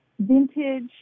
vintage